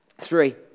Three